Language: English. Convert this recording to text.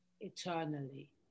eternally